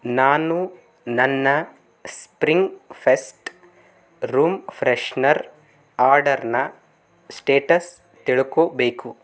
ನಾನು ನನ್ನ spring fest room freshener ಆರ್ಡರ್ನ ಸ್ಟೇಟಸ್ ತಿಳ್ಕೋಬೇಕು